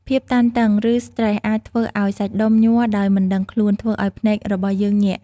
ភាពតានតឹង ឬស្ត្រេស អាចធ្វើឱ្យសាច់ដុំញ័រដោយមិនដឹងខ្លួនធ្វើអោយភ្នែករបស់យើងញាក់។